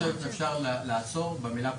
אפשר לעצור במילה פשטות.